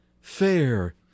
fair